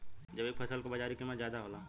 जैविक फसल क बाजारी कीमत ज्यादा होला